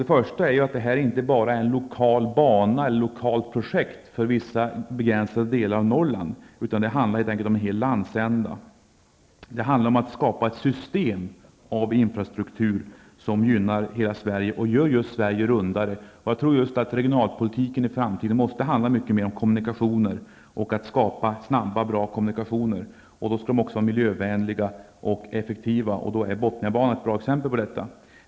Den första är att detta inte bara är ett lokalt projekt för vissa begränsade delar av Norrland. Det handlar helt enkelt om en hel landsända. Det handlar om att skapa ett system av infrastruktur som gynnar hela Sverige och gör Sverige rundare. Jag tror att regionalpolitiken i framtiden måste handla mycket mer om att skapa snabba och bra kommunikationer. De skall också vara miljövänliga och effektiva. Bothniabanan är ett bra exempel på detta.